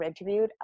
interviewed